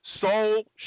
Soul